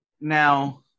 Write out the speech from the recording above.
now